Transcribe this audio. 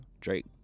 Drake